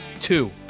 Two